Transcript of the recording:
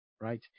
right